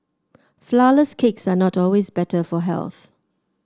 flourless cakes are not always better for health